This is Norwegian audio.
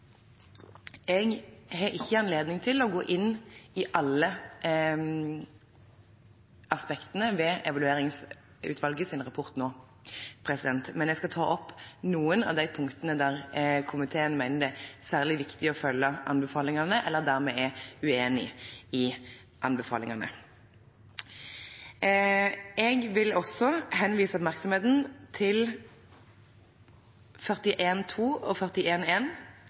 Jeg har ikke anledning til å gå inn i alle aspektene ved Evalueringsutvalgets rapport nå, men jeg skal ta opp noen av de punktene der komiteen mener det er særlig viktig å følge anbefalingene, og der vi er uenige i anbefalingene. Jeg vil også henlede oppmerksomheten til punktene 41.2 og